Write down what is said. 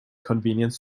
convenience